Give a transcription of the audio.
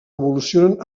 evolucionen